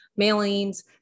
mailings